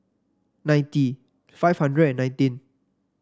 ninety five hundred nineteen